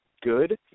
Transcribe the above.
good